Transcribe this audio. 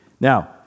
Now